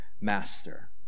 master